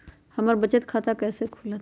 हमर बचत खाता कैसे खुलत?